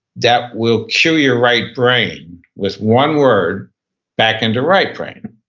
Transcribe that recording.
that will cue your right brain with one word back into right brain.